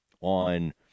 on